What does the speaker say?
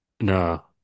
No